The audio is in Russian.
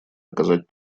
оказать